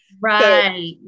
Right